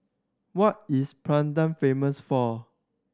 what is Praia famous for